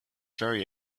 very